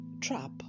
trap